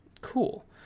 cool